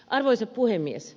arvoisa puhemies